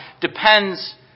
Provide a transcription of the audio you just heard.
depends